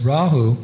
Rahu